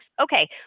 Okay